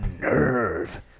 nerve